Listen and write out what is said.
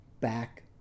back